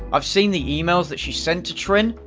i've seen the emails that she sent to trin,